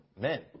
men